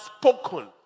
spoken